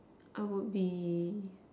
I would be